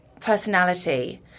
personality